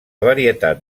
varietat